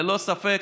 ללא ספק,